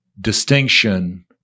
distinction –